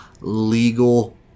legal